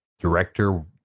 director